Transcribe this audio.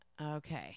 Okay